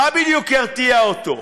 מה בדיוק ירתיע אותו?